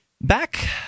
back